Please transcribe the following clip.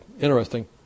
interesting